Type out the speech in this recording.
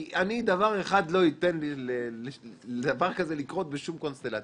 כי לדבר אחד אני לא אתן לקרות בשום קונסטלציה,